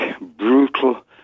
brutal